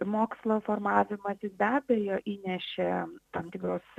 mokslo formavimąsis be abejo įnešė tam tikros